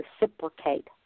reciprocate